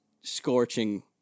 scorching